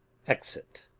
exit.